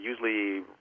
usually